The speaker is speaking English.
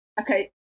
Okay